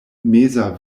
meza